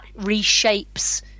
reshapes